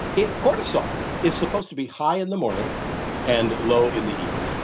if cortisol is supposed to be high in the morning and low in the evening.